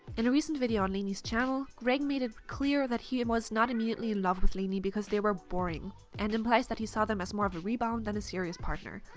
in a recent video on laineys channel, greg made it clear that he and was not immediately in love with lainey because they were boring and implies that he saw them as more of a rebound than a serious partner.